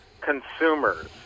consumers